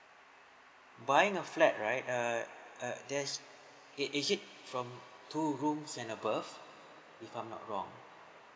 buying a flat right err uh there's is is it from two rooms and above if I'm not wrong